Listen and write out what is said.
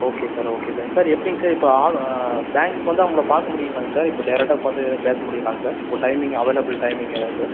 okay sir okay sir sir எப்படிங் sir இப்போ பேங்க்குக்கு வந்தா உங்களை பார்க்க முடியுங்களாங்க சார் இப்போ டேரக்ட்டாக பார்த்து எதாவது பேச முடியுங்களாங்க சார் உங்கள் டைமிங் அவைலபில் டைமிங் என்ன சார்